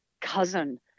cousin